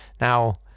Now